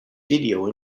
video